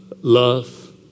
love